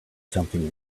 something